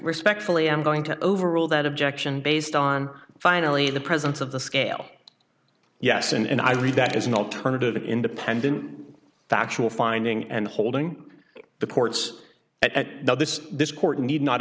respectfully i'm going to overrule that objection based on finally the presence of the scale yes and i read that as an alternative independent factual finding and holding the courts at this this court need not